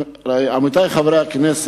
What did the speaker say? רבותי חברי הכנסת,